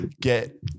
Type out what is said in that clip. Get